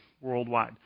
worldwide